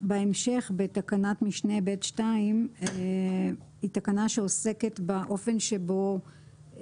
בהמשך בתקנת משנה ב(2) היא תקנה שעוסקת באחריות